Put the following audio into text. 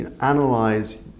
analyze